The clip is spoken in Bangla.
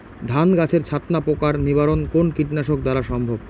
ধান গাছের ছাতনা পোকার নিবারণ কোন কীটনাশক দ্বারা সম্ভব?